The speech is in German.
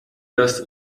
das